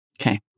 Okay